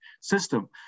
system